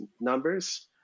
numbers